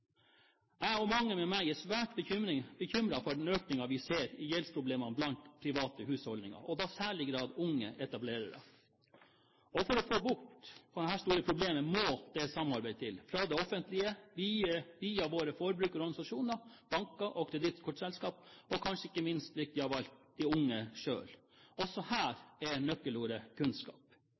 Jeg og mange med meg er svært bekymret for den økningen vi ser i gjeldsproblemer blant private husholdninger, og da i særlig grad blant unge etablerere. For å få bukt med dette store problemet må det samarbeid til, fra det offentlige via våre forbrukerorganisasjoner, banker, kredittkortselskap og kanskje ikke minst det viktigste av alt: de unge selv. Også her er nøkkelordet kunnskap,